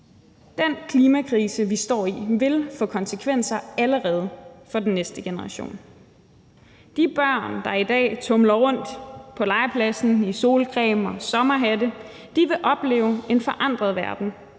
Den klimakrise, vi står i, vil få konsekvenser allerede for den næste generation. De børn, der i dag tumler rundt på legepladsen med solcreme og sommerhatte på, vil opleve en forandret verden